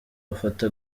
bafata